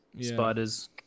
spiders